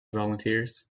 volunteers